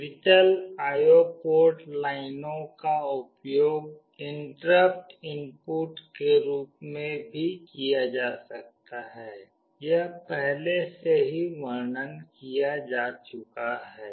digital I O port लाइनों का उपयोग इंटरप्ट इनपुट के रूप में भी किया जा सकता है यह पहले से ही वर्णन किया जा चुका है